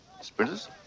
Sprinters